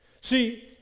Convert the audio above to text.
See